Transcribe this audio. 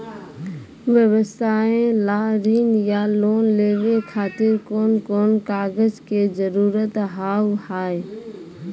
व्यवसाय ला ऋण या लोन लेवे खातिर कौन कौन कागज के जरूरत हाव हाय?